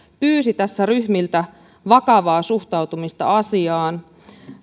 pyysi tässä ryhmiltä vakavaa suhtautumista asiaan